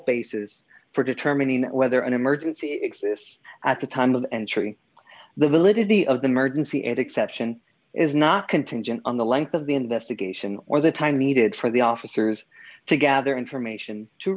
basis for determining whether an emergency exists at the time of entry the validity of the emergency and exception is not contingent on the length of the investigation or the time needed for the officers to gather information to